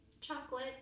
Chocolate